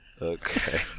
Okay